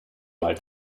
mal